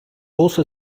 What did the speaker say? also